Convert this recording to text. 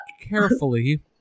carefully